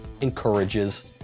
encourages